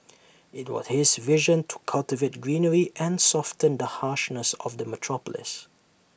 IT was his vision to cultivate greenery and soften the harshness of the metropolis